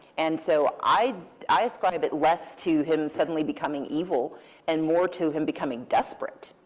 and so i i ascribe it less to him suddenly becoming evil and more to him becoming desperate.